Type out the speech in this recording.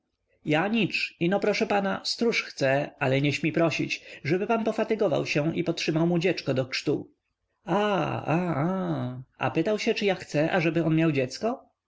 ja nicz ino proszę pana stróż chce ale nie śmi prosić żeby pan pofatygował się i potrzymał mu dzieczko do krztu a a a a pytał się czy ja chcę ażeby on miał dziecko